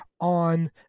on